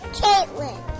caitlin